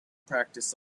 practice